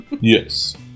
yes